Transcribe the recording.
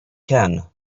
can